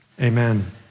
Amen